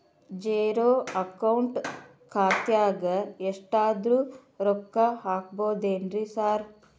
Zero account ಖಾತ್ಯಾಗ ಎಷ್ಟಾದ್ರೂ ರೊಕ್ಕ ಹಾಕ್ಬೋದೇನ್ರಿ ಸಾರ್?